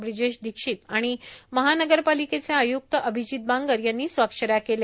ब्रिजेश दीक्षित आणि महानगरपालिकेचे आय्क्त अभिजीत बांगर यांनी स्वाक्षऱ्या केल्या